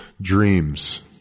dreams